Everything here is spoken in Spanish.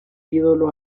ídolo